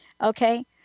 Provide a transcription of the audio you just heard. Okay